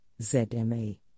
ZMA